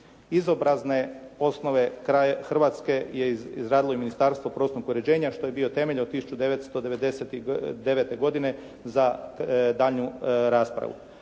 Izobrazne osnove hrvatske je izradilo i Ministarstvo prostornog uređenja što je bio temelj od 1999. godine za daljnju raspravu.